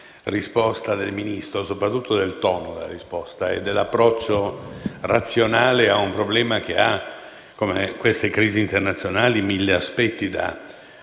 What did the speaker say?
risposta del Ministro, soprattutto del tono che ha usato e dell'approccio razionale ad un problema che ha - come tutte le crisi internazionali - innumerevoli aspetti da